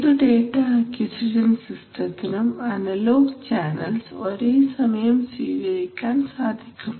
ഏതു data acquisition സിസ്റ്റത്തിനും analogue channels ഒരേസമയം സ്വീകരിക്കാൻ സാധിക്കും